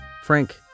Frank